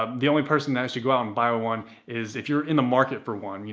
um the only person that should go out and buy one is if you're in the market for one.